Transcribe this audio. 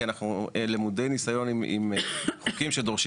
כי אנחנו למודי ניסיון עם חוקים שדורשים